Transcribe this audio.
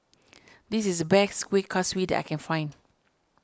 this is the best Kueh Kaswi that I can find